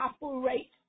operate